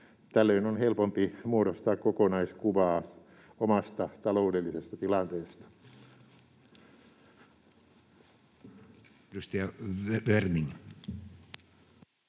Tällöin on helpompi muodostaa kokonaiskuvaa omasta taloudellisesta tilanteesta.